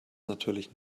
natürlich